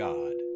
God